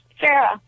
Sarah